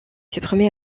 supprimé